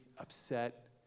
upset